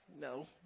No